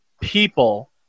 people